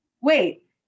wait